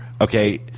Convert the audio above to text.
Okay